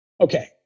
Okay